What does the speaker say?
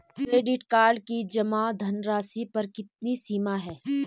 Credit card की जमा धनराशि पर कितनी सीमा है?